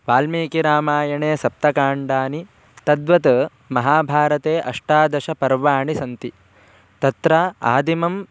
वाल्मीकिरामायणे सप्तकाण्डानि तद्वत् महाभारते अष्टादशपर्वाणि सन्ति तत्र आदिमम्